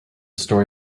story